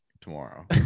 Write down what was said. tomorrow